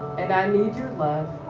and i need your love,